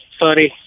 sorry